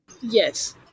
Yes